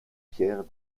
pierre